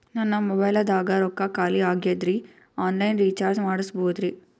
ನನ್ನ ಮೊಬೈಲದಾಗ ರೊಕ್ಕ ಖಾಲಿ ಆಗ್ಯದ್ರಿ ಆನ್ ಲೈನ್ ರೀಚಾರ್ಜ್ ಮಾಡಸ್ಬೋದ್ರಿ?